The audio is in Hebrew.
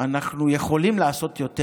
אנחנו יכולים לעשות יותר.